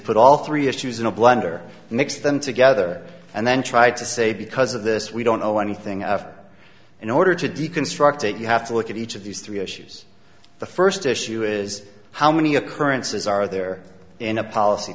put all three issues in a blender and mix them together and then tried to say because of this we don't know anything in order to deconstruct it you have to look at each of these three issues the first issue is how many occurrences are there in a policy